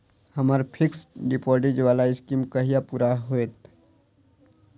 हम्मर fixed deposit वला scheme कहिया पूरा हैत?